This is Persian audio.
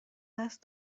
دست